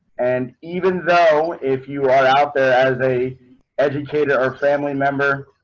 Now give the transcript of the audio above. and even though if you are out there as a educated or family member,